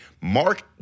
Mark